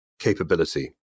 capability